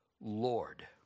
Lord